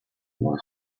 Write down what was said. were